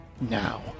now